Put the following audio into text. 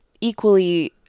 equally